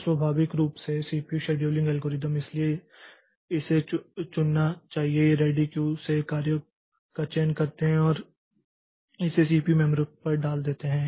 तो स्वाभाविक रूप से सीपीयू शेड्यूलिंग एल्गोरिदम इसलिए इसे चुनना चाहिए यह रेडी क्यू से एक कार्य का चयन करते हैं और इसे सीपीयू मेमोरी पर डाल देते हैं